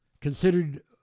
considered